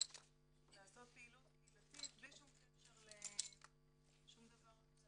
לעשות פעילות קהילתית בלי שום קשר לשום דבר אחר.